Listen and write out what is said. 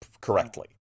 correctly